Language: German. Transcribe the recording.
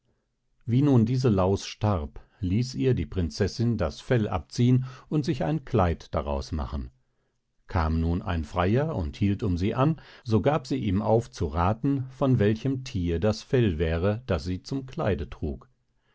wie nun diese laus starb ließ ihr die prinzessin das fell abziehen und sich ein kleid daraus machen kam nun ein freier und hielt um sie an so gab sie ihm aufzurathen von welchem thier das fell wäre das sie zum kleid trug